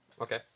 Okay